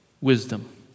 wisdom